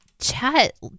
chat